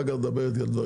אחר כך נדבר על זה.